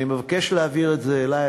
אני מבקש להעביר את זה אלי,